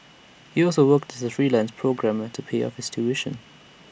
he also worked as A freelance programmer to pay off his tuition